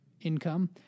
income